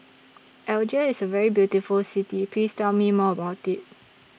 Algiers IS A very beautiful City Please Tell Me More about IT